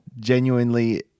Genuinely